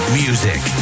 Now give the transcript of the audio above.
music